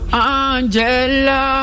angela